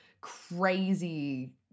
crazy